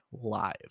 live